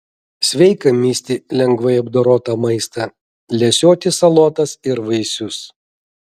sveika misti lengvai apdorotą maistą lesioti salotas ir vaisius